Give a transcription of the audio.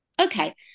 Okay